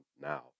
now